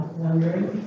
wondering